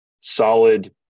solid